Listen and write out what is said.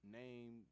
name